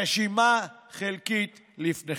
רשימה חלקית לפניכם: